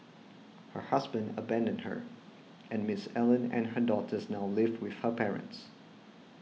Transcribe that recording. her husband abandoned her and Miss Allen and her daughters now live with her parents